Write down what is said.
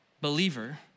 believer